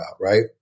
right